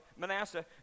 Manasseh